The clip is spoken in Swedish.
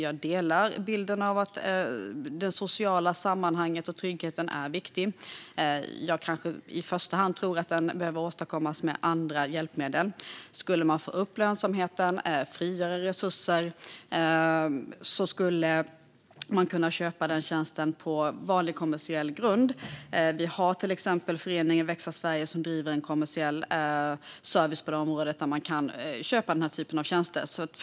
Jag delar bilden av att det sociala sammanhanget och tryggheten är viktigt. I första hand behöver den nog åstadkommas med andra hjälpmedel. Om man skulle få upp lönsamheten och frigöra resurser skulle man kunna köpa den här tjänsten på vanlig kommersiell grund. Exempelvis finns föreningen Växa Sverige som driver en kommersiell service på området. Där kan man köpa tjänster som dessa.